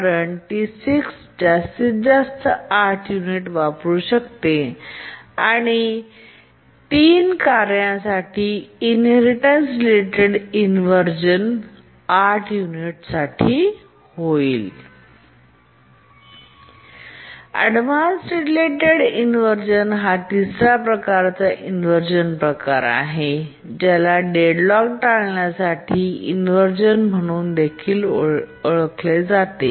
कारण T6 जास्तीत जास्त 8 युनिट वापरू शकते आणि या 3 कार्ये साठी इनहेरिटेन्स रिलेटेड इनव्हर्झन 8 युनिटसाठी होईल अव्हॉईडन्स रिलेटेड इन्व्हरझन हा तिसरा प्रकारचा इन्व्हरझन प्रकार आहे ज्याला डेडलॉक टाळण्यासाठी इन्व्हरझेन म्हणून देखील ओळखले जाते